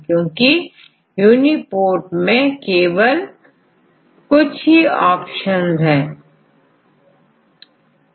किंतु UniProt मैं केवल कुछ ही ऑप्शन है